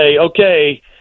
okay